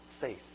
faith